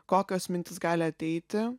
kokios mintys gali ateiti